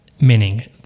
meaning